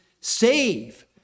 save